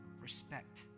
respect